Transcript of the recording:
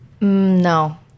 No